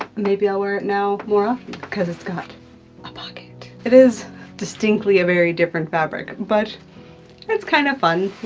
maybe i'll wear it now more often ah because it's got a pocket. it is distinctly a very different fabric, but it's kind of fun,